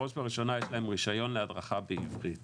בראש ובראשונה יש להם רישיון להדרכה בעברית